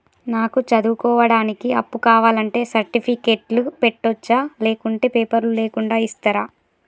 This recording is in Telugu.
నాకు చదువుకోవడానికి అప్పు కావాలంటే సర్టిఫికెట్లు పెట్టొచ్చా లేకుంటే పేపర్లు లేకుండా ఇస్తరా?